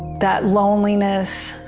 that loneliness.